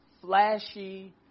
flashy